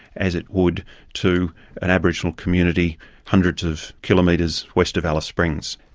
as it would to an aboriginal community hundreds of kilometres west of alice springs.